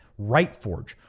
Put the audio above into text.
RightForge